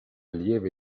lieve